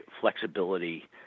flexibility